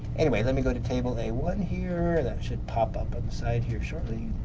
anyway, let me go to table a one here and that should pop up at the side here shortly.